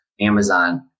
Amazon